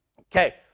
Okay